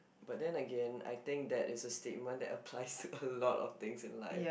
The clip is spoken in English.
but then again I think that is a statement that applies to a lot of things in life